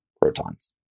protons